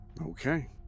Okay